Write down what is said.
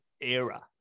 era